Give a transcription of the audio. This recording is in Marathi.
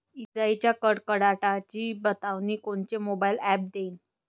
इजाइच्या कडकडाटाची बतावनी कोनचे मोबाईल ॲप देईन?